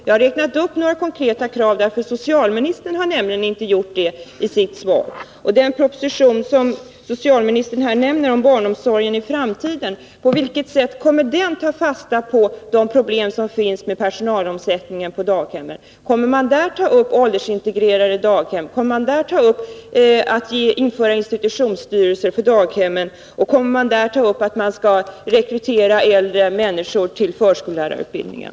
Jag har räknat upp konkreta krav eftersom s socialministern inte har gjort det i sitt svar. 15 Socialministern nämner här en proposition om barnomsorgen i framtiden. På vilket sätt kommer den att ta fasta på de problem som finns när det gäller personalomsättningen på daghemmen? Kommer man att ta upp åldersintegrerade daghem, införande av institutionsstyrelser för daghemmen och rekrytering av äldre människor till förskollärarutbildningen?